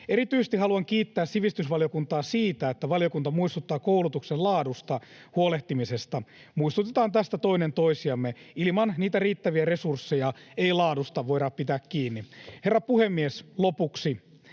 Erityisesti haluan kiittää sivistysvaliokuntaa siitä, että valiokunta muistuttaa koulutuksen laadusta huolehtimisesta. Muistutetaan tästä toinen toisiamme; ilman riittäviä resursseja ei laadusta voida pitää kiinni. Herra puhemies! Lopuksi: